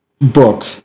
book